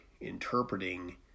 interpreting